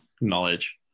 Knowledge